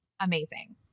amazing